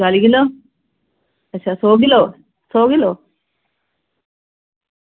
चाली किलो अच्छा सौ किलो सौ किलो